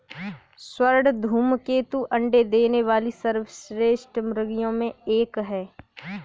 स्वर्ण धूमकेतु अंडे देने वाली सर्वश्रेष्ठ मुर्गियों में एक है